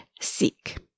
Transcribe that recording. seek